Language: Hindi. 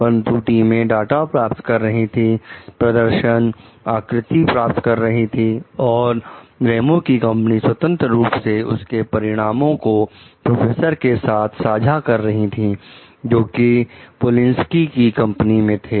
परंतु टीमें डाटा प्राप्त कर रही थी प्रदर्शन आकृति प्राप्त कर रही थी और रेमो की कंपनियां स्वतंत्र रूप से उसके परिणामों को प्रोफेसर के साथ बांट रही थी जो कि पोलिंसकी की कंपनी में थे